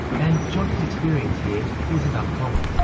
and jeanti's experience here isn't uncommon.